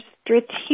strategic